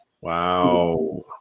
Wow